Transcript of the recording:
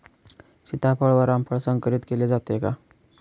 सीताफळ व रामफळ संकरित केले जाते का?